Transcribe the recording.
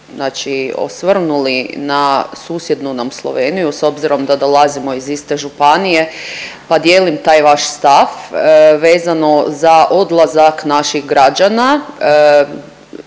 znači osvrnuli na susjednu nam Sloveniju s obzirom da dolazimo iz iste županije pa dijelim taj vaš stav vezano za odlazak naših građana.